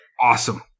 Awesome